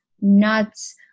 nuts